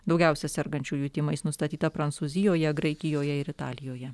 daugiausia sergančiųjų tymais nustatyta prancūzijoje graikijoje ir italijoje